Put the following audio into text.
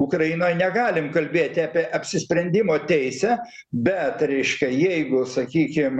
ukrainoj negalim kalbėti apie apsisprendimo teisę bet reiškia jeigu sakykim